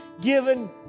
given